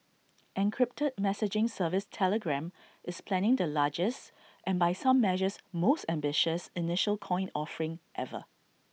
encrypted messaging service Telegram is planning the largest and by some measures most ambitious initial coin offering ever